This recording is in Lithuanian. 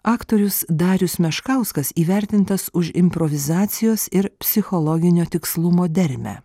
aktorius darius meškauskas įvertintas už improvizacijos ir psichologinio tikslumo dermę